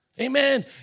Amen